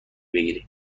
بگیرید